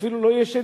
אפילו לא ישנים.